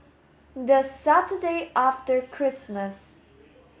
the Saturday after Christmas